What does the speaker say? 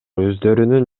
өздөрүнүн